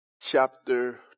chapter